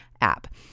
app